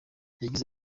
yagize